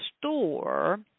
store